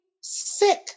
sick